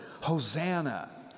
Hosanna